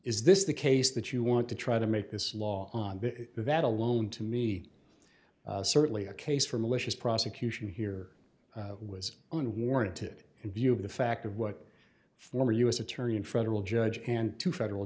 is this the case that you want to try to make this law on that alone to me certainly a case for malicious prosecution here was unwarranted in view of the fact of what former u s attorney and federal judge and two federal